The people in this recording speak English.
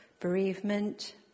bereavement